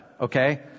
okay